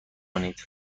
کنید